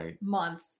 month